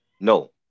No